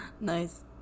Nice